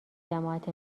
جماعت